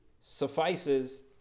suffices